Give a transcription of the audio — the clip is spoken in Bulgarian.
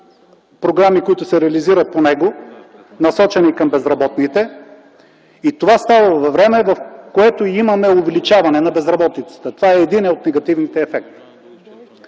програми, които се реализират по него, насочени към безработните. И това става във време, в което имаме увеличаване на безработицата. Това е един от негативните ефекти.